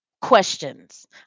questions